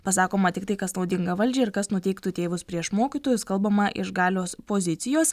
pasakoma tik tai kas naudinga valdžiai ir kas nuteiktų tėvus prieš mokytojus kalbama iš galios pozicijos